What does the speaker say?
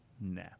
nah